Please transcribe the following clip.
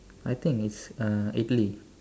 I think it's uh Italy